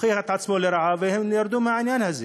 הוכיח את עצמו לרעה והם ירדו מהעניין הזה.